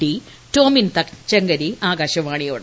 D Tomin Thachankary ആകാശവാണിയോട്